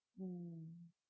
mm